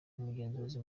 umugenzuzi